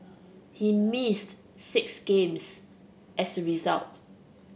he missed six games as result